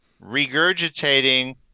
regurgitating